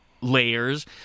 layers